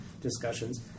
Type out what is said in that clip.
discussions